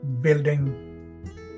building